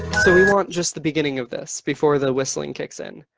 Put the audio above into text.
so we want just the beginning of this before the whistling kicks in.